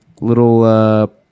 little